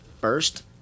first